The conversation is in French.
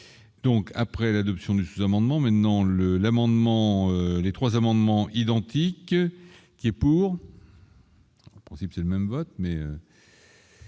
donc après l'adoption du sous-amendements maintenant le l'amendement les 3 amendements identiques qui est pour. Conceptuel même vote mais.